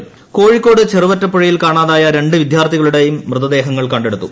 അപകടം കോഴിക്കോട് ചെറുവറ്റ പുഴയിൽ കാണാതായ രണ്ട് വിദ്യാർത്ഥികളുടെയും മൃതദേഹങ്ങൾ കണ്ടെടുത്തു